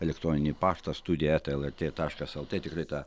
elektroninį paštą studija eta lrt taškas lt tikrai tą